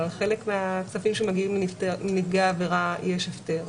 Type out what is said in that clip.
אבל על חלק מהכספים שמגיעים לנפגעי העבירה יש הפטר.